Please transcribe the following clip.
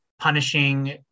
punishing